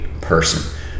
person